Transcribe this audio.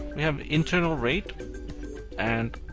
we have internal rate and